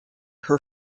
her